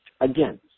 Again